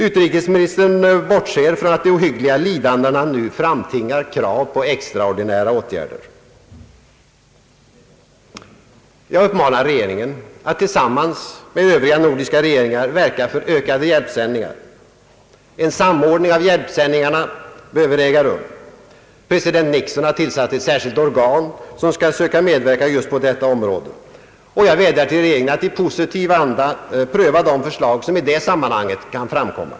Utrikesministern bortser från att de ohyggliga lidandena framtvingar krav på extraordinära åtgärder. Jag uppmanar regeringen att tillsammans med övriga nordiska regeringar verka för ökade hjälpsändningar. En samordning av hjälpsändningarna behövs. President Nixon har tillsatt ett särskilt organ, som skall söka medverka just på detta område. Jag vädjar till regeringen att i positiv anda pröva de förslag som i det sammanhanget kan framkomma.